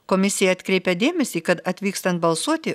komisija atkreipia dėmesį kad atvykstant balsuoti